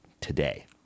today